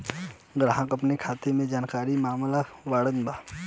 ग्राहक अपने खाते का जानकारी मागत बाणन?